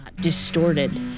distorted